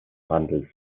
wandels